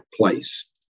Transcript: place